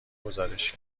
گزارش